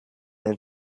and